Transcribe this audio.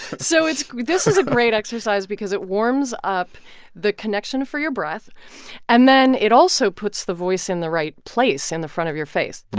so it's this is a great exercise because it warms up the connection for your breath and then it also puts the voice in the right place in the front of your face